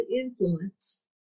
influence